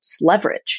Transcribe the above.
leverage